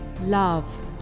love